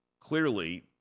clearly